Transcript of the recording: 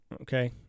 okay